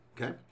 okay